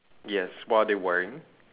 yes what are they wearing